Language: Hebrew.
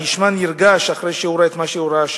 ונשמע נרגש אחרי שהוא ראה את מה שהוא ראה שם.